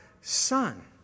son